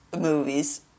movies